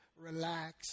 relax